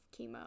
chemo